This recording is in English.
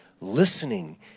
listening